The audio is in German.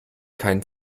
keinen